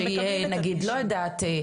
שיהיה נגיד לא יודעת,